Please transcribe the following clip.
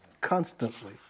constantly